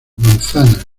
manzana